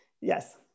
Yes